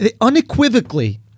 Unequivocally